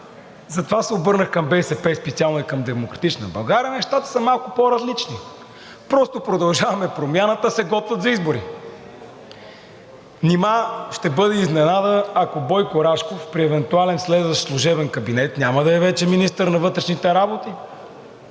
затова се обърнах към БСП, специално и към „Демократична България“, нещата са малко по-различни. Просто „Продължаваме Промяната“ се готвят за избори. Нима ще бъде изненада, ако Бойко Рашков при евентуален следващ служебен кабинет няма да е вече министър на вътрешните работи,